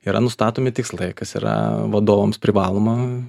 yra nustatomi tikslai kas yra vadovams privaloma